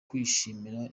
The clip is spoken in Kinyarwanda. kwishimira